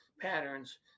patterns